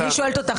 אני שואלת אותך,